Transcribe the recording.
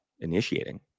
initiating